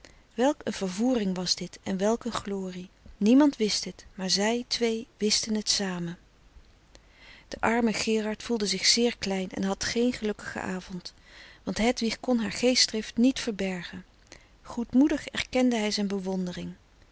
welk een vervoering was dit en welk een glorie niemand wist het maar zij twee wisten het samen de arme gerard voelde zich zeer klein en had geen gelukkigen avond want hedwig kon haar geestdrift niet verbergen goedmoedig erkende hij zijn bewondering